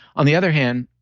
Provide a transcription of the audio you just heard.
on the other hand,